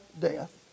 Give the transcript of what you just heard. death